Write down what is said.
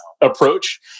approach